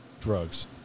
drugs